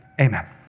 amen